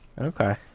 Okay